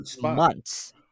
months